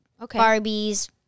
Barbies